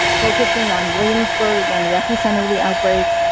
focusing on williamsburg, again the epicenter of the outbreak,